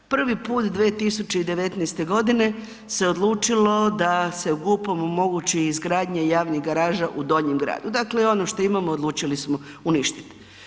Prvi put 2019. g. se odlučilo da se GUP-u omogući izgradnja javnih garaža u Donjem gradu, dakle ono što imamo, odlučilo smo uništiti.